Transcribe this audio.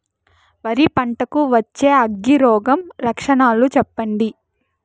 వరి పంట కు వచ్చే అగ్గి రోగం లక్షణాలు చెప్పండి?